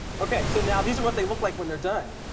okay, so now, these are what they look like when they're done.